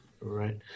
Right